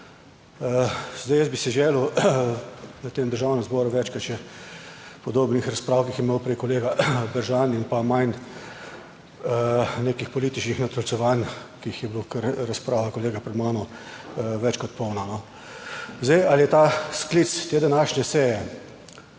Zdaj, jaz bi si želel v tem Državnem zboru večkrat še podobnih razprav, ki jih je imel prej kolega Bržan in pa manj nekih političnih natolcevanj, ki jih je bilo kar, razprava kolega pred mano več kot polna. Zdaj ali je ta sklic te današnje seje,